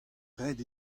ret